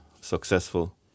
successful